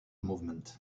movement